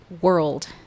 world